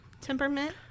temperament